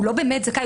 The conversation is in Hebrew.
הוא לא באמת זכאי.